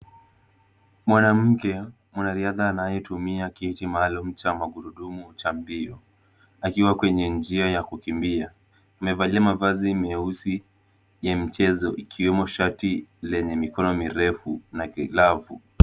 Mwanamke mwanariadha anayetumia kiti maalum cha magurudumu cha mbio akiwa kwenye njia ya kukimbia. Amevalia mavazi meusi ya michezo ikiwemo shati lenye mikono mirefu na glavu.